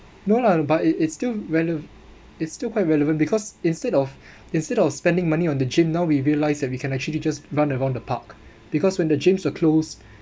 no lah but it it's still relev~ it's still quite relevant because instead of instead of spending money on the gym now we realize that we can actually just run around the park because when the gyms are closed